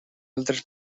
altres